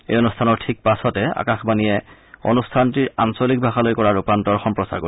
এই অনুষ্ঠানৰ ঠিক পাছতে আকাশবাণীয়ে অনুষ্ঠানটিৰ আঞ্চলিক ভাষালৈ কৰা ৰূপান্তৰ সম্প্ৰচাৰ কৰিব